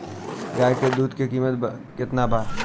गाय के दूध के कीमत केतना बा?